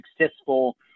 successful